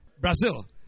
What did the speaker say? Brazil